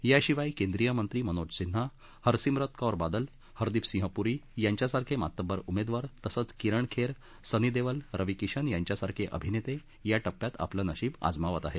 याशिवाय केंद्रिय मंत्री मनोज सिन्हा हरसिम्रत कौर बादल हरदीप सिंह पुरी यांच्यासारखे मातब्बर उमेदवार तसंच किरण खेर सनी देवल रवी किशन यांच्यासारखे अभिनेते या टप्प्यात आपलं नशिब आजमावत आहेत